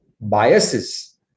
biases